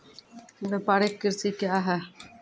व्यापारिक कृषि क्या हैं?